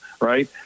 right